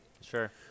Sure